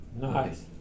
Nice